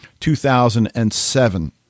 2007